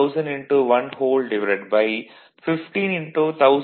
ஆக 15 1000 115 1000 1 2 Wi 0